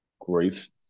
grief